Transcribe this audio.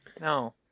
No